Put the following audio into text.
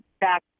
back